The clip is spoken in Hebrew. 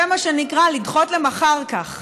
זה מה שנקרא לדחות ל"מחרכך".